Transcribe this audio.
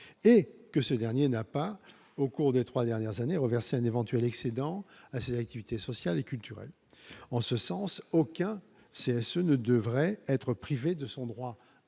et que ce dernier n'a pas au cours des 3 dernières années un éventuel excédent à ses activités sociales et culturelles en ce sens, aucun c'est ce ne devrait être privé de son droit